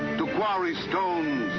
to quarry stones.